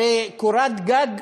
הרי קורת גג,